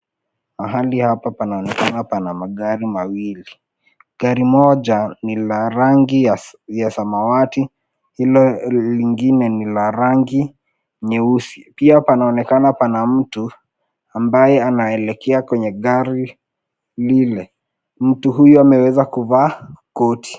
Mahali hapa panaonekana pana magari mawili. Gari moja ni la rangi ya samawati hilo lingine ni la rangi nyeusi, pia panaonekana pana mtu ambaye anaelekea kwenye gari lile. Mtu huyo ameweza kuvaa koti.